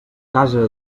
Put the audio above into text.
casa